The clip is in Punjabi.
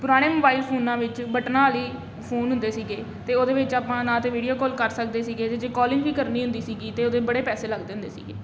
ਪੁਰਾਣੇ ਮੋਬਾਈਲ ਫੋਨਾਂ ਵਿੱਚ ਬਟਨਾਂ ਵਾਲੀ ਫੋਨ ਹੁੰਦੇ ਸੀਗੇ ਅਤੇ ਉਹਦੇ ਵਿੱਚ ਆਪਾਂ ਨਾ ਤਾਂ ਵੀਡੀਓ ਕੋਲ ਕਰ ਸਕਦੇ ਸੀਗੇ ਜੇ ਕੋਲਿੰਗ ਵੀ ਕਰਨੀ ਹੁੰਦੀ ਸੀਗੀ ਤਾਂ ਉਹਦੇ ਬੜੇ ਪੈਸੇ ਲੱਗਦੇ ਹੁੰਦੇ ਸੀਗੇ